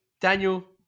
Daniel